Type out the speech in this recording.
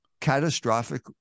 catastrophic